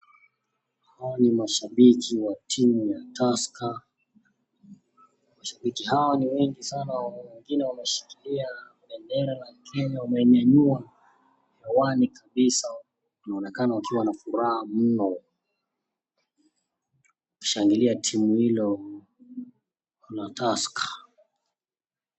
Hawa ni mashabiki wa timu ya (cs)Tusker(cs) na mashabiki hawa ni wengi sana na wengine wameshikilia bendera ya kenya wamenyanyua hewani kabisa. Wanaonekana wakiwa na furaha mno kushagilia timu hilo la Tusker.